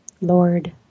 Lord